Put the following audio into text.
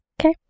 Okay